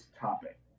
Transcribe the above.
topic